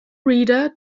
reader